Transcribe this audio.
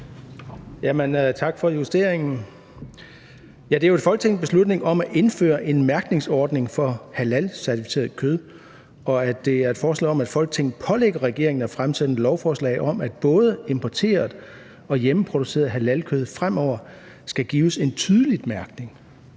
Tak for justeringen! Det her er jo et beslutningsforslag om at indføre en mærkningsordning for halalcertificeret kød, og det er et forslag om, at Folketinget pålægger regeringen at fremsætte et lovforslag om, at både importeret og hjemmeproduceret halalkød fremover skal gives en tydelig mærkning.